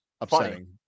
upsetting